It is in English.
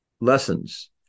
lessons